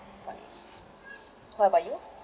poly what about you